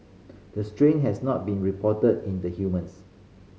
the strain has not been reported in the humans